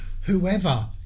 whoever